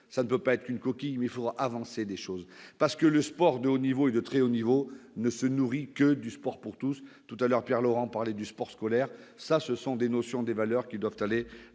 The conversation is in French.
Il ne peut pas être une coquille vide ; il faudra avancer des propositions, parce que le sport de haut niveau et de très haut niveau ne se nourrit que du sport pour tous. Tout à l'heure, Pierre Laurent parlait du sport scolaire ; ce sont là des valeurs qui doivent aller